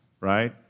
right